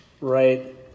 right